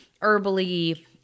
herbally